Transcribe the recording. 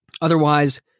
Otherwise